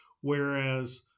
Whereas